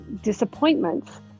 disappointments